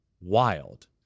wild